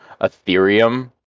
Ethereum